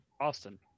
Austin